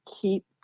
keep